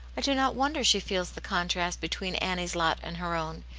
i do not wonder she feels the contrast between annie's lot and her own!